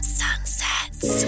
sunsets